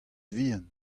vihan